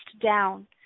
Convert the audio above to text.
down